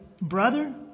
Brother